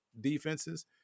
defenses